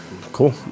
Cool